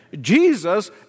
Jesus